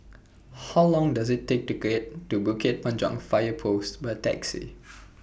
How Long Does IT Take to get to Bukit Panjang Fire Post By Taxi